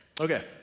Okay